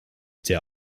der